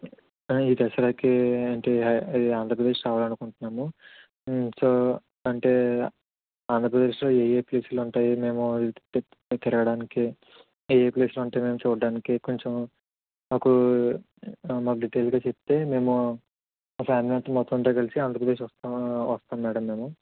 ఈ దసరాకి అంటే అది ఆంధ్రప్రదేశ్ రావాలనుకుంటున్నాము సో అంటే ఆంధ్రప్రదేశ్లో ఏయే ప్లేస్లు ఉంటాయి మేము తిరగడానికి ఏ ఏ ప్లేస్లు ఉంటాయి మేం చూడ్డానికి కొంచెం మాకూ మాకు డీటెయిల్గా చెప్తే మేము మా ఫ్యామిలీ అంతా మొత్తం అంతా కలిసి ఆంధ్రప్రదేశ్ వస్తా వస్తాం మేడమ్ మేము